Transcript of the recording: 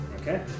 Okay